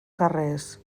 carrers